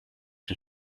den